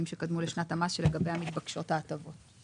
שקדמו לשנת המס שלגביה מתבקשות ההטבות.